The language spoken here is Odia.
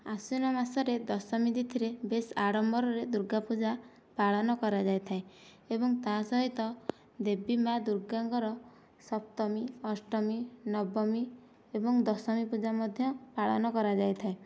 ଆଶ୍ଵିନୀ ମାସରେ ଦଶମୀ ତିଥିରେ ବେଶ୍ ଆଡମ୍ବରରେ ଦୂର୍ଗା ପୂଜା ପାଳନ କରାଯାଇଥାଏ ଏବଂ ତା ସହିତ ଦେବୀ ମା ଦୂର୍ଗା ଙ୍କର ସପ୍ତମୀ ଅଷ୍ଟମୀ ନବମୀ ଏବଂ ଦଶମୀ ପୂଜା ମଧ୍ୟ ପାଳନ କରାଯାଇଥାଏ